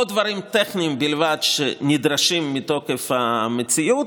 או דברים טכניים בלבד שנדרשים מתוקף המציאות,